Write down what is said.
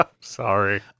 Sorry